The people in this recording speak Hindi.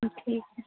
ठीक है